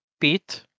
Beat